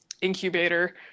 incubator